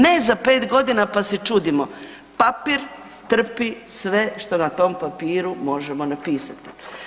Ne za 5 godina pa se čudimo, papir trpi sve što na tom papiru možemo napisati.